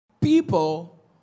people